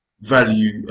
value